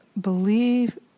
believe